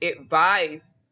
advice